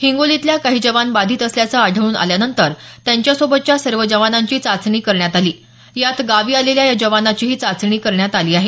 हिंगोलीतल्या काही जवान बाधित असल्याचं आढळून आल्यानंतर त्यांच्यासोबतच्या सर्व जवानांची चाचणी करण्यात आली यात गावी आलेल्या या जवानाचीही चाचणी करण्यात आली आहे